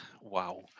Wow